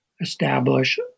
establish